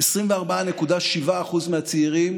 24.7% מהצעירים